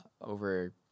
over